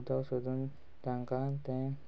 उदक सोदून तांकां तें